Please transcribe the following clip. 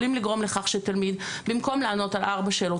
יכולים לגרום לכך שתלמיד במקום לענות על ארבע שאלות,